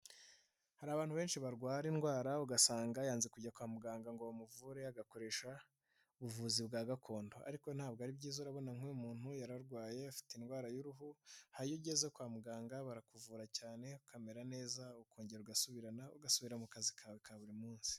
Hari abantu benshi barwara indwara ugasanga yanze kujya kwa muganga ngo bamuvure agakoresha ubuvuzi bwa gakondo, ariko ntabwo ari byiza urabona nk'uyu muntu yararwaye, afite indwara y'uruhu, hanyuma iyo ugeze kwa muganga barakuvura cyane ukamera neza, ukongera ugasubirana ugasubira mu kazi kawe ka buri munsi.